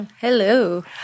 Hello